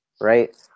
right